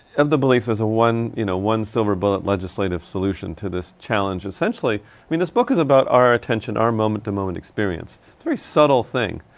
of the belief there's a one you know, one silver bullet legislative solution to this challenge. essentially, i mean this book is about our attention. our moment to moment experience. it's a very subtle thing.